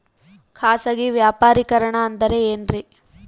ಖಾಸಗಿ ವ್ಯಾಪಾರಿಕರಣ ಅಂದರೆ ಏನ್ರಿ?